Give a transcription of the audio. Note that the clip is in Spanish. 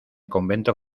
convento